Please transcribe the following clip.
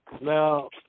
Now